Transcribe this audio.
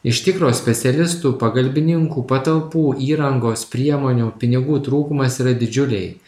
iš tikro specialistų pagalbininkų patalpų įrangos priemonių pinigų trūkumas yra didžiuliai